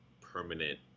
permanent